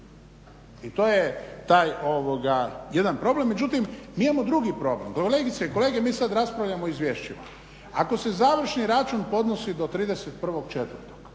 I to je taj jedan problem. Međutim, mi imamo drugi problem. Kolegice i kolege mi sad raspravljamo o izvješćima. Ako se završni račun podnosi do 31.4.